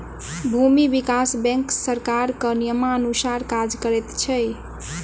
भूमि विकास बैंक सरकारक नियमानुसार काज करैत छै